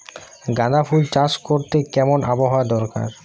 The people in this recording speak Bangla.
গাঁদাফুল চাষ করতে কেমন আবহাওয়া দরকার?